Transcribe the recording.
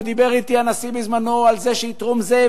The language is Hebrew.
ודיבר אתי הנשיא בזמנו על זה שיתרום זה,